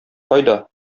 кайда